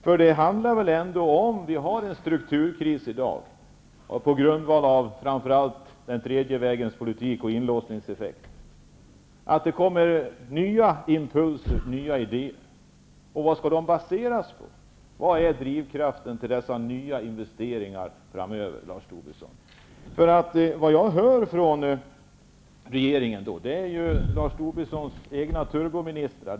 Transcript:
Det här handlar ju ändå om att vi har en strukturkris i dag, som bl.a. beror på den tredje vägens politik och inlåsningseffekt. Nya impulser och idéer kommer fram. Vad skall de baseras på? Vad är drivkraften till dessa nya investeringar framöver, Lars Tobisson? Vad hör jag då från regeringen? Det är ju Lars Tobissons egna turboministrar.